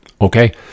Okay